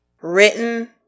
written